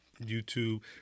YouTube